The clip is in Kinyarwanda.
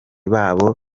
babo